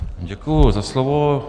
Děkuji za slovo.